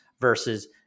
versus